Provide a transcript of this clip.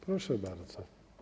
Proszę bardzo.